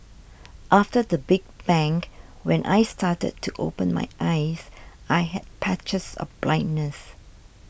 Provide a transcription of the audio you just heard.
after the big bang when I started to open my eyes I had patches of blindness